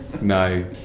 No